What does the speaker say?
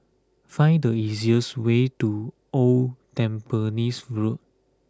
find the easiest way to Old Tampines Road